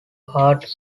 hard